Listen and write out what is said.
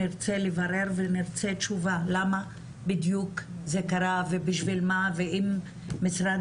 נרצה לברר ונרצה תשובה למה בדיוק זה קרה ובשביל מה ואם משרד